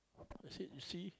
I said see